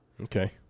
Okay